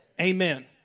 Amen